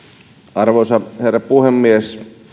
arvoisa herra puhemies